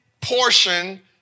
portion